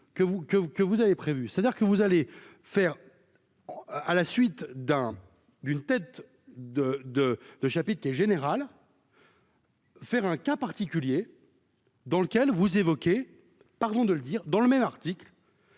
que vous avez prévu, c'est-à-dire que vous allez faire, à la suite d'un d'une tête de de de chapitres qui est général. Faire un cas particulier. Dans lequel vous évoquez, pardon de le dire, dans le même article